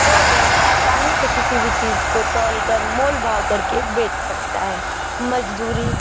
तो वह आसानी से किसी भी चीज को तौल कर मोल भाव कर के बेच सकता है मजदूरी